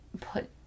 put